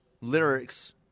lyrics